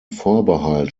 vorbehalt